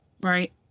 right